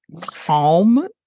calm